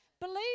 Believe